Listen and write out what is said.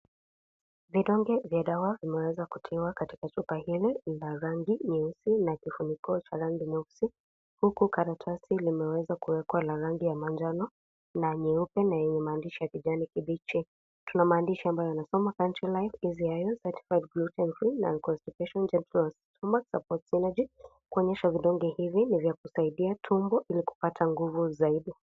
Vidonge vya data vimeweza kutiwa katika chupa rangi nyeusi na kifiniko ya rangi nyeusi huku karatasi lineweza kuwekwa la rangi ya manjano na nyeupe na yenye maandishi ya kijani kibichi kuna maandishi ambayo yanasoma kumaanisha vidonge hivi husaidia mwili ili kupata nguvu zaidi.